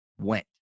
went